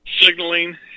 signaling